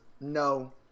No